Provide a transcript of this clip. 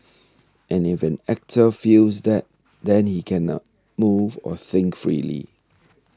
and if an actor feels that then he cannot move or think freely